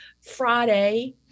Friday